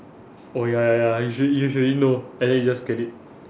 oh ya ya ya you should you should already know and then you just get it